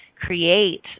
create